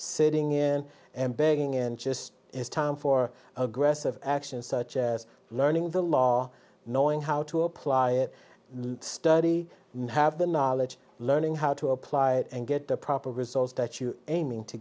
sitting in and begging in just it's time for aggressive action such as learning the law knowing how to apply study and have the knowledge learning how to apply it and get the proper results that you aiming to